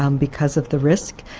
um because of the risk.